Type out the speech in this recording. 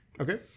Okay